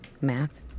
Math